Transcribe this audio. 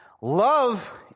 Love